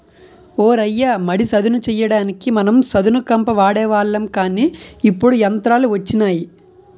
ఓ రయ్య మడి సదును చెయ్యడానికి మనం సదును కంప వాడేవాళ్ళం కానీ ఇప్పుడు యంత్రాలు వచ్చినాయి